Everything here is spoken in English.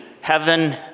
heaven